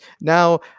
now